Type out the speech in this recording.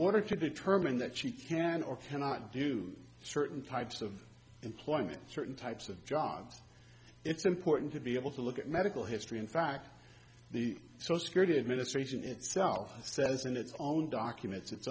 order to determine that she can or cannot do certain types of employment certain types of jobs it's important to be able to look at medical history in fact the so security administration itself says in its own documents its